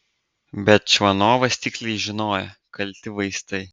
bet čvanovas tiksliai žinojo kalti vaistai